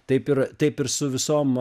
taip ir taip ir su visom